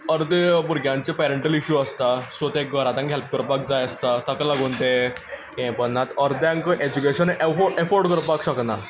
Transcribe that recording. अर्दे भुरग्यांचे parental issue आसता सो ते घरा तांकां हेल्प करपाक जाय आसता ताका लागून ते हें करनात अर्द्यांक एज्युकेशन अफोर्ड करपाक शकना